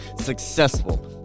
successful